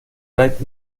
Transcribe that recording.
bright